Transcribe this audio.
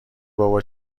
بابا